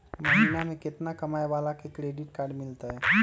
महीना में केतना कमाय वाला के क्रेडिट कार्ड मिलतै?